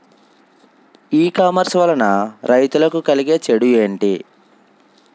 ఈ కామర్స్ వలన రైతులకి కలిగే చెడు ఎంటి?